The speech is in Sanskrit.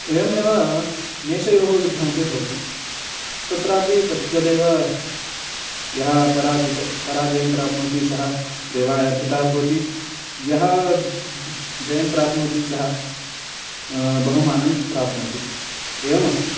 एवमेव मेषयोः युद्धमपि भवति तत्रापि तद्वदेव यः पराजितः पराजयं प्राप्नोति सः देवाय अर्पितः भवति यः जयं प्राप्नोति सः बहुमानं प्राप्नोति एवमस्ति